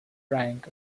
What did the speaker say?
rank